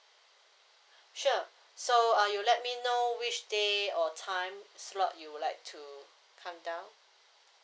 sure so uh you let me know which day or time slot you would like to come down